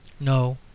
no,